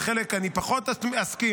ועם חלק אני פחות אסכים,